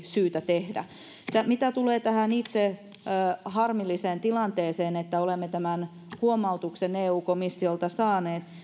syytä tehdä mitä tulee tähän itse harmilliseen tilanteeseen että olemme tämän huomautuksen eu komissiolta saaneet